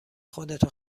خودتو